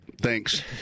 Thanks